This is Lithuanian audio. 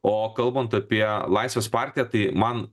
o kalbant apie laisvės partiją tai man